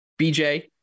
BJ